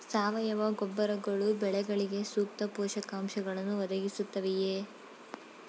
ಸಾವಯವ ಗೊಬ್ಬರಗಳು ಬೆಳೆಗಳಿಗೆ ಸೂಕ್ತ ಪೋಷಕಾಂಶಗಳನ್ನು ಒದಗಿಸುತ್ತವೆಯೇ?